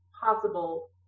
possible